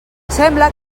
sembla